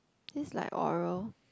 this is like oral